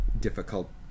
difficult